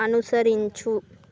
అనుసరించు